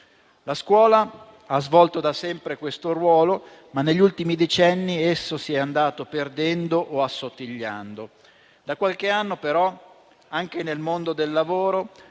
La scuola ha svolto da sempre questo ruolo, ma negli ultimi decenni esso si è andato perdendo o assottigliando. Da qualche anno, però, anche nel mondo del lavoro